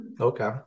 Okay